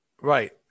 Right